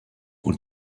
und